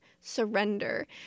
surrender